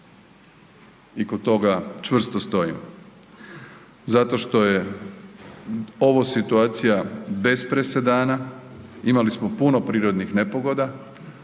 i kod toga čvrsto stojim, zato što je ova situacija bez presedana. Imali smo puno prirodnih nepogoda,